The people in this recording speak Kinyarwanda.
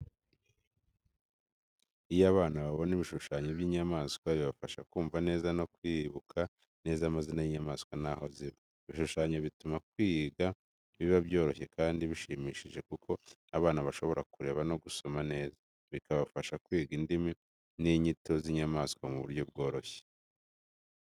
Iyo abana babona ibishushanyo by’inyamanswa, bibafasha kumva neza no kwibuka neza amazina y’inyamanswa n’aho ziba. Ibishushanyo bituma kwiga biba byoroshye kandi bishimishije, kuko abana bashobora kureba no gusoma neza, bikabafasha kwiga indimi n’inyito z’inyamaswa mu buryo bworoshye.